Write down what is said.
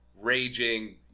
raging